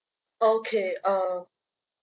okay uh